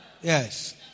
Yes